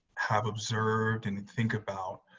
have observed and and think about